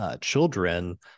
children